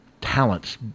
talents